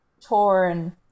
torn